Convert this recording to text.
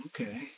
okay